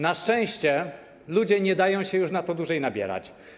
Na szczęście ludzie nie dają się na to dłużej nabierać.